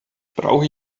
brauche